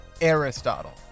Aristotle